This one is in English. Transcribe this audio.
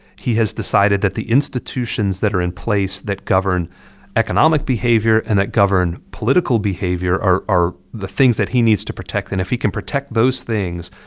he has decided that the institutions that are in place that govern economic behavior and that govern political behavior are are the things that he needs to protect. and if he can protect those things,